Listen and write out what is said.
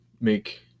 make